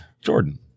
Jordan